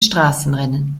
straßenrennen